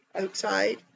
outside